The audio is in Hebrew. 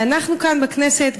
אנחנו כאן בכנסת,